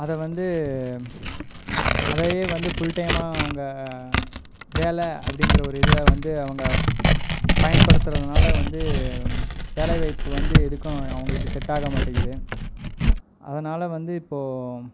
அதை வந்து அதையே வந்து ஃபுல்டைமாக அவங்க வேலை அப்டிங்கிற ஒரு இதுவாக வந்து அவங்க பயன்படுத்துறதனால வந்து வேலை வாய்ப்பு வந்து எதுக்கும் அவங்களுக்கு செட்டாக மாட்டேங்குது அதனால் வந்து இப்போது